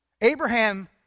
Abraham